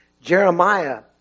Jeremiah